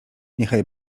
niechaj